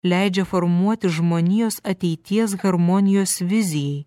leidžia formuotis žmonijos ateities harmonijos vizijai